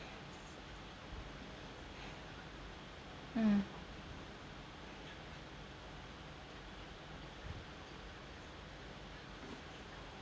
mm